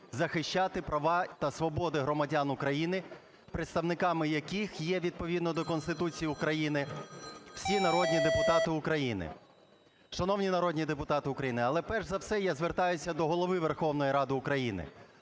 захищати права та свободи громадян України, представниками яких є відповідно до Конституції України всі народні депутати України. Шановні народні депутати України, але перш за все я звертаюся до Голови Верховної Ради України,